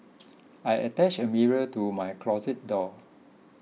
I attached a mirror to my closet door